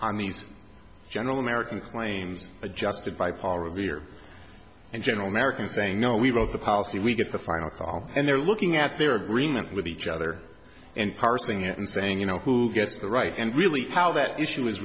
on these general american planes adjusted by paul revere and general american saying no we wrote the policy we get the final call and they're looking at their agreement with each other and parsing it and saying you know who gets the right and really how that issue is